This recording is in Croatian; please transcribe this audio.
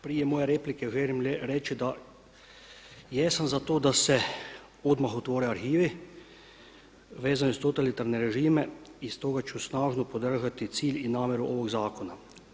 Prije moje replike želim reći da jesam za to da se odmah otvore arhivi, vezano uz totalitarne režime i stoga ću snažno podržati cilj i namjeru ovog zakona.